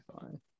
fine